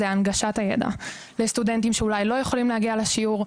זה הנגשת ידע לסטודנטים שאולי לא יכולים להגיע לשיעור,